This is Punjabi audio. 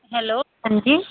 ਹੈਲੋ ਹਾਂਜੀ